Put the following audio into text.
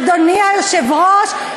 אדוני היושב-ראש,